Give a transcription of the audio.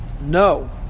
No